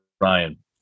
Ryan